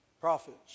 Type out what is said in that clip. prophets